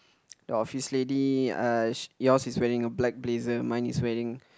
the office lady uh she yours is wearing a black blazer mine is wearing